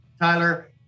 tyler